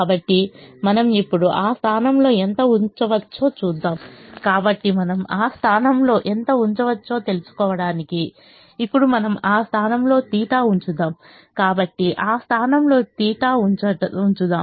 కాబట్టి మనం ఇప్పుడు ఆ స్థానంలో ఎంత ఉంచవచ్చో చూద్దాం కాబట్టి మనం ఆ స్థానంలో ఎంత ఉంచవచ్చో తెలుసుకోవడానికి ఇప్పుడు మనం ఆ స్థానంలో θ ఉంచుదాం కాబట్టి ఆ స్థానంలో θ ఉంచుదాం